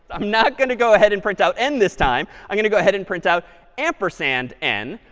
i'm not going to go ahead and print out n this time, i'm going to go ahead and print out ampersand n,